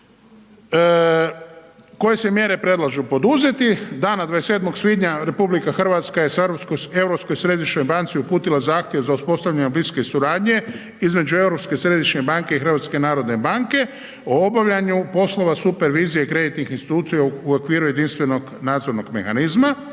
koje se mjere predlažu, poduzeti, dana 27. svibnja RH je Europskoj središnjoj banci uputila zahtjev za uspostavljanjem bliske suradnje između Europske središnje banke i HNB-a o obavljanju poslova supervizije i kreditnih institucija u okviru jedinstvenog nadzornog mehanizma.